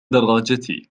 دراجتي